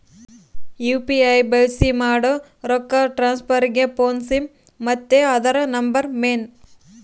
UPI ಬಳ್ಸಿ ಮಾಡೋ ರೊಕ್ಕ ಟ್ರಾನ್ಸ್ಫರ್ಗೆ ಫೋನ್ನ ಸಿಮ್ ಮತ್ತೆ ಅದುರ ನಂಬರ್ ಮೇನ್